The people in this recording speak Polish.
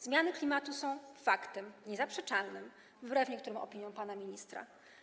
Zmiany klimatu są faktem niezaprzeczalnym, wbrew niektórym opiniom pana ministra.